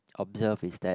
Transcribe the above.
observe is that